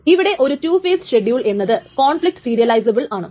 ഇവിടെ ഒരു 2 phase schedule എന്നത് കോൺഫ്ലിക്ട് സീരിയലൈസബിൾ ആണ്